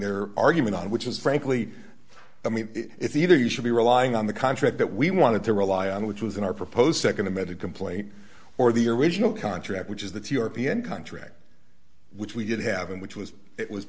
their argument on which is frankly i mean it's either you should be relying on the contract that we wanted to rely on which was in our proposed nd emetic complaint or the original contract which is that european country which we did have and which was it was